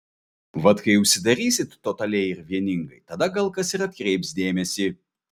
vat kai užsidarysit totaliai ir vieningai tada gal kas ir atkreips dėmesį